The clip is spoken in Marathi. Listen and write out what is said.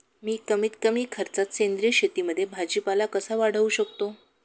मी कमीत कमी खर्चात सेंद्रिय शेतीमध्ये भाजीपाला कसा वाढवू शकतो?